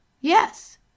Yes